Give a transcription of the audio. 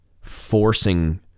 forcing